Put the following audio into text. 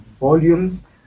volumes